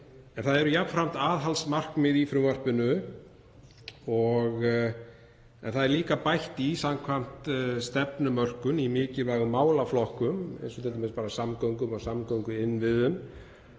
Það eru jafnframt aðhaldsmarkmið í frumvarpinu en það er líka bætt í samkvæmt stefnumörkun í mikilvægum málaflokkum, eins og t.d. samgöngum og samgönguinnviðum.